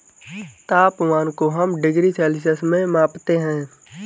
तापमान को हम डिग्री सेल्सियस में मापते है